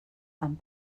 amb